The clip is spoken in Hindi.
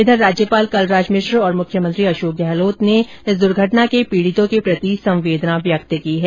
इधर राज्यपाल कलराज मिश्र और मुख्यमंत्री अशोक गहलोत ने इस द्र्घटना के पीड़ितों के प्रति संवेदना व्यक्त की है